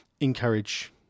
encourage